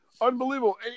Unbelievable